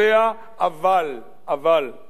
אבל תרשו לי לומר,